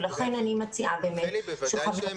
ולכן אני מציעה -- רחלי בוודאי שהן הגיעו.